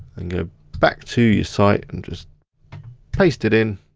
and go back to your site and just paste it in.